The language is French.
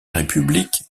république